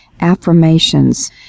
affirmations